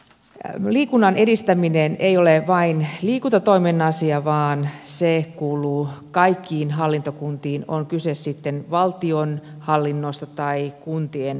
liikunnan edistäminen ei ole vain liikuntatoimen asia vaan se kuuluu kaikkiin hallintokuntiin on kyse sitten valtionhallinnosta tai kuntien hallinnosta